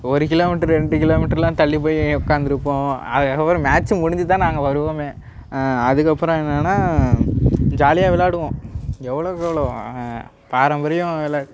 ஒரு கிலோமீட்டர் ரெண்டு கிலோமீட்டர்லாம் தள்ளி போய் உட்காந்துருப்போம் அதுக்கப்புறம் மேட்ச் முடிஞ்சுதான் நாங்கள் வருவோமே அதுக்கப்புறம் என்னன்னா ஜாலியாக விளாடுவோம் எவ்வளோக்கெவ்ளோ பாரம்பரியம் விளாட்